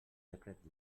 decret